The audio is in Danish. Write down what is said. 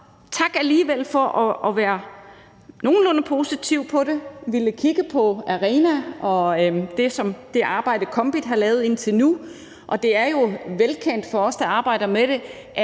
alligevel tak for at være nogenlunde positiv over for det, altså for at ville kigge på ARENA og det arbejde, som KOMBIT har lavet indtil nu. Og det er jo velkendt for os, der arbejder med det,